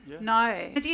No